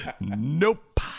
Nope